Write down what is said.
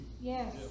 Yes